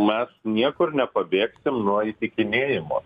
mes niekur nepabėgsim nuo įtikinėjimo